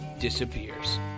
disappears